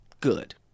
good